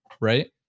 right